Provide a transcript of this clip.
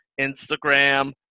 Instagram